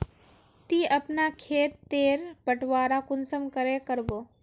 ती अपना खेत तेर बटवारा कुंसम करे करबो?